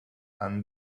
and